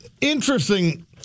Interesting